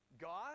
God